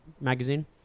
magazine